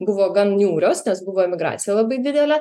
buvo gan niūrios nes buvo emigracija labai didelė